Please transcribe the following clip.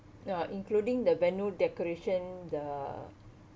uh including the venue decoration the